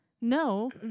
no